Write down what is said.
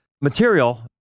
material